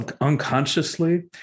unconsciously